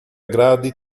gradi